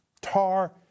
tar